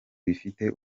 bifite